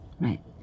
Right